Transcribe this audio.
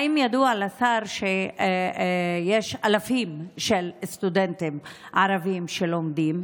האם ידוע לשר שיש אלפים של סטודנטים ערבים שלומדים,